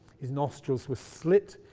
his nostrils were slit,